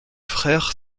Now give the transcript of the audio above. frères